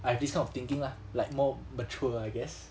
I have this kind of thinking lah like more mature I guess